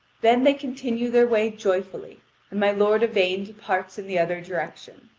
then they continue their way joyfully and my lord yvain departs in the other direction.